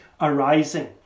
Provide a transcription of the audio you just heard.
arising